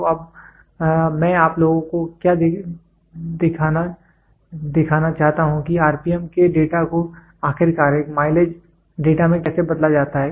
तो अब मैं आप लोगों को क्या देखना चाहता हूं कि आरपीएम के डेटा को आखिरकार एक माइलेज डेटा में कैसे बदला जाता है